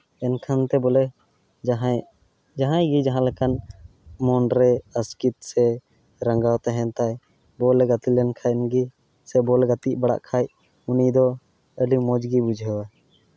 ᱮᱱᱠᱷᱟᱱ ᱛᱮ ᱵᱚᱞᱮ ᱡᱟᱦᱟᱸᱭ ᱡᱟᱦᱟᱸᱭ ᱜᱮ ᱡᱟᱦᱟᱸ ᱞᱮᱠᱟᱱ ᱢᱚᱱᱨᱮ ᱟᱥᱠᱮᱛ ᱥᱮ ᱨᱟᱸᱜᱟᱣ ᱛᱟᱦᱮᱱ ᱛᱟᱭ ᱵᱚᱞ ᱮ ᱜᱟᱛᱮ ᱞᱮᱱᱠᱷᱟᱱ ᱜᱮ ᱥᱮ ᱵᱚᱞ ᱮ ᱜᱟᱛᱮ ᱵᱟᱲᱟᱜ ᱠᱷᱟᱡ ᱩᱱᱤ ᱫᱚ ᱟᱹᱰᱤ ᱢᱚᱡᱽ ᱜᱮ ᱵᱩᱡᱷᱟᱹᱣᱟ